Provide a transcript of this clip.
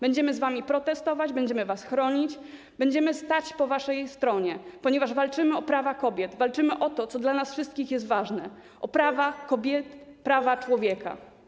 Będziemy z wami protestować, będziemy was chronić, będziemy stać po waszej stronie, ponieważ walczymy o prawa kobiet, walczymy o to, co dla nas wszystkich jest ważne - o prawa kobiet, prawa człowieka.